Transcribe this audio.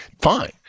Fine